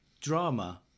drama